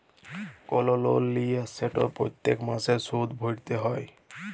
call লল লিলে সেট প্যত্তেক মাসে সুদ ভ্যইরতে হ্যয়